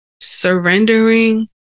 surrendering